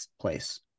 place